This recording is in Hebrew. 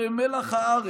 שהם מלח הארץ,